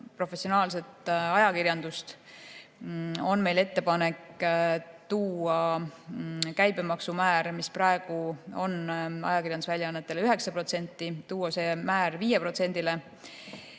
professionaalset ajakirjandust, on meil ettepanek tuua käibemaksu määr, mis praegu on ajakirjandusväljaannetele 9%, alla 5%-le ja